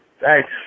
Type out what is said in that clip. Thanks